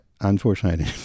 Unfortunately